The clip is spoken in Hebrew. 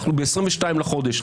אנחנו ב-22 בחודש.